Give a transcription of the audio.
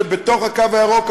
בתוך הקו הירוק,